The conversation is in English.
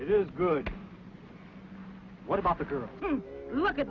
it is good what about the girl look at